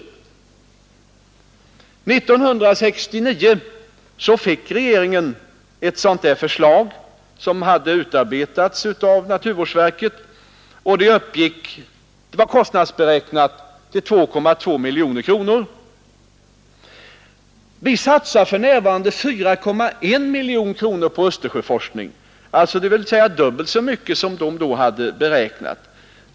År 1969 fick regeringen ett förslag som hade utarbetats av naturvårdsverket, och det var kostnadsberäknat till 2,2 miljoner kronor. Vi satsar för närvarande 4,1 miljoner kronor på Östersjöforskningen, dvs. dubbelt så mycket som naturvårdsverket då hade beräknat.